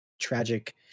tragic